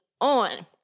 on